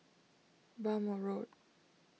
Bhamo Road